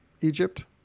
Egypt